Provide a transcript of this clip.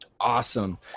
Awesome